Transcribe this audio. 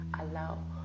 allow